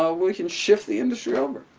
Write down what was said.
ah we can shift the industry over.